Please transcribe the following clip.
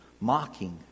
Mocking